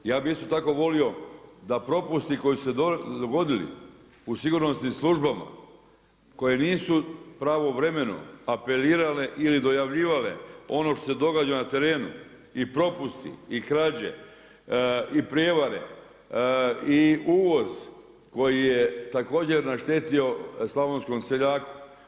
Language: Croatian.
Ja bih isto tako volio da propusti koji su se dogodili u sigurnosnim službama koje nisu pravovremeno apelirale ili dojavljivale ono što se događa na terenu i propusti i krađe i prijevare i uvoz koji je također naštetio slavonskom seljaku.